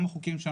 גם החוקים,